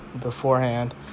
beforehand